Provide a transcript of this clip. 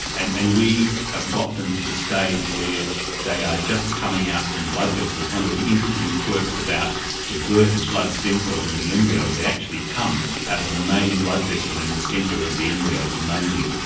and and we have got them to the stage where they are just coming out from blood vessels, one of the interesting quirks about the birth of blood stem cells in the embryo is they actually come out of the main blood vessel in the centre of the embryo, it's amazing,